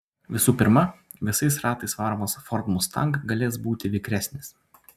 visų pirma visais ratais varomas ford mustang galės būti vikresnis